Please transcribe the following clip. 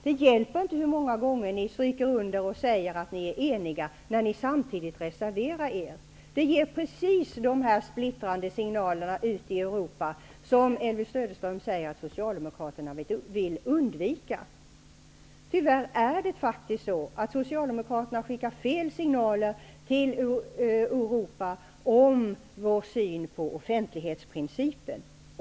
Det hjälper inte hur många gånger ni stryker under och säger att ni är eniga när ni samtidigt reserverar er. Det ger precis dessa splittrande signaler ut i Europa som Elvy Söderström säger att Socialdemokraterna vill undvika. Tyvärr är det faktiskt så att Socialdemokraterna skickar fel signaler till Europa om vår syn på offentlighetsprincipen.